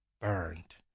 burned